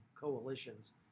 coalitions